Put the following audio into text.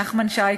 נחמן שי,